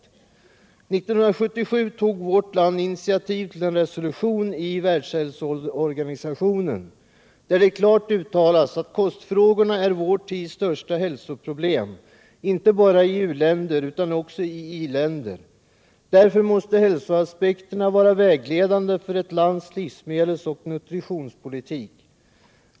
År 1977 tog vårt land initiativ till en resolution i Världshälsoorganisationen, där det klart uttalades att kostfrågorna är vår tids största hälsoproblem, inte bara i u-länder utan också i i-länder. Därför måste hälsoaspekterna vara vägledande för ett lands livsmedelsoch nutritionspolitik.